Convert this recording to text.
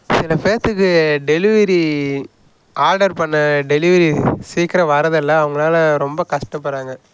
சில பேத்துக்கு delivery order பண்ண டெலிவரி சீக்கிரம் வர்றதில்ல அவங்களால் ரொம்ப கஷ்டப்படுறாங்க